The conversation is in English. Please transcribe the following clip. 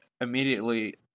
Immediately